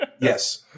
Yes